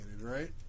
right